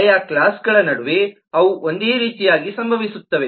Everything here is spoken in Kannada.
ಆಯಾ ಕ್ಲಾಸ್ಗಳ ನಡುವೆ ಅವು ಒಂದೇ ರೀತಿಯಾಗಿ ಸಂಭವಿಸುತ್ತವೆ